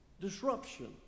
disruption